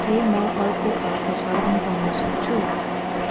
के म अर्को खालको साबुन पाउन सक्छु